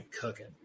cooking